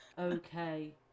okay